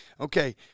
Okay